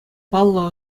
паллӑ